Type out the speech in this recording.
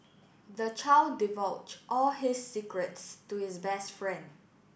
the child divulged all his secrets to his best friend